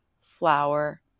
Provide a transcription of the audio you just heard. flower